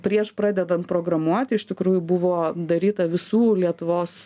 prieš pradedant programuoti iš tikrųjų buvo daryta visų lietuvos